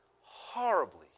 horribly